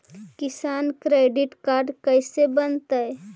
किसान credit card कैसे बनतै?